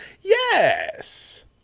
Yes